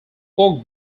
oak